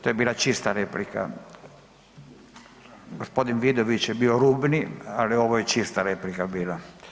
To je bila čista replika. g. Vidović je bio rubni, ali ovo je čista replika bila.